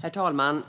Herr talman!